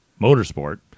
motorsport